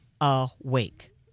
awake